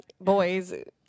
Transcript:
boys